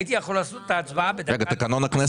הייתי יכול לעשות את ההצבעה בדקה לאחת-עשרה.